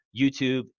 YouTube